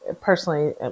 personally